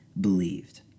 believed